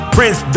Prince